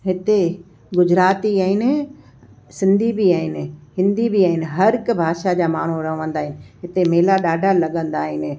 हिते गुजराती आहिनि सिंधी बि आहिनि हिंदी बि आहिनि हर हिकु भाषा जा माण्हू रहंदा आहिनि हिते मेला ॾाढा लॻंदा आहिनि